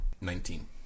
Nineteen